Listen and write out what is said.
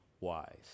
wise